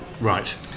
Right